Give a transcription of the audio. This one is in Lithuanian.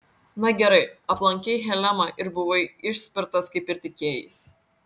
na gerai aplankei helemą ir buvai išspirtas kaip ir tikėjaisi